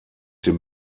den